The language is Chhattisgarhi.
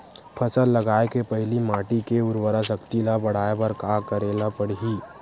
फसल लगाय के पहिली माटी के उरवरा शक्ति ल बढ़ाय बर का करेला पढ़ही?